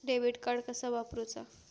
Debit card कसा वापरुचा?